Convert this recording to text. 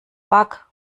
bug